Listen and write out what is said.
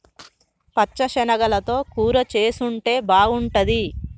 పచ్చ శనగలతో కూర చేసుంటే బాగుంటది